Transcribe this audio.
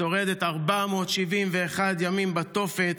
ששרדה 471 ימים בתופת,